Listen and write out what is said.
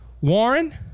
Warren